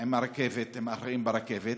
הרכבת, עם האחראים ברכבת,